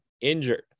injured